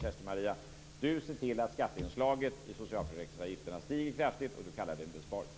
Kerstin-Maria Stalin ser till att skatteinslaget i socialförsäkringsavgifterna stiger kraftigt och hon kallar det en besparing.